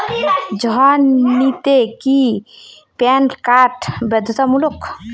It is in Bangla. ঋণ নিতে কি প্যান কার্ড বাধ্যতামূলক?